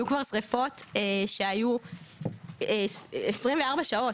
היו כבר שרפות שהיו 24 שעות.